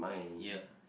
ya